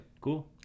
Cool